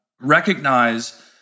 recognize